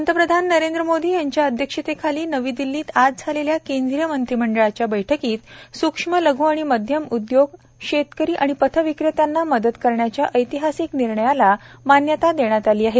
पंतप्रधान नरेंद्र मोदी यांच्या अध्यक्षतेखाली नवी दिल्लीत आज झालेल्या केंद्रीय मंत्रिमंडळाच्या बैठकीत सूक्ष्म लघ् आणि मध्यम उद्योग शेतकरी आणि पथ विक्रेत्यांना मदत करण्याच्या ऐतिहासिक निर्णयास मान्यता देण्यात आली आहे